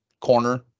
corner